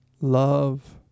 Love